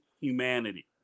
humanity